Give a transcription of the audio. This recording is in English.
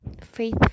faith